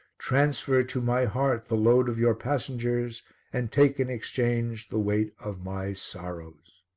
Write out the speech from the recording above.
transfer to my heart the load of your passengers and take in exchange the weight of my sorrows.